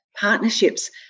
partnerships